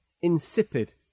insipid